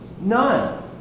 None